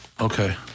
Okay